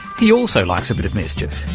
he also likes a bit of mischief.